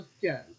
again